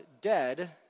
dead